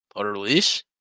release